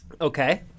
Okay